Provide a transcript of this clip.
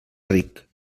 ric